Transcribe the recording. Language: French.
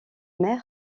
mer